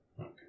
Okay